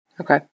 Okay